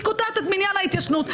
היא קוטעת את מניין ההתיישנות.